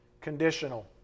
conditional